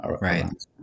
Right